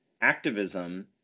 activism